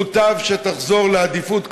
מוטב שתחזור לעדיפות,